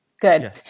Good